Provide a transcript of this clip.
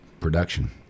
production